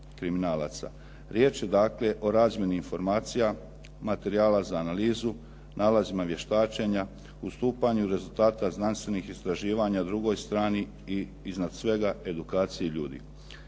Riječ je dakle o razmjeni informacija, materijala za analizu, nalazima vještačenja, ustupanju rezultata znanstvenih istraživanja drugoj strani i iznad svega edukaciji ljudi.